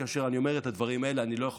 כאשר אני אומר את הדברים האלה אני לא יכול